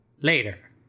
later